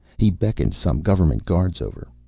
he beckoned some government guards over.